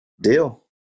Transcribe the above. Deal